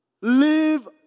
Live